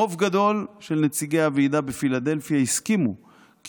רוב גדול של נציגי הוועידה בפילדלפיה הסכימו כי